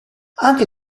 anche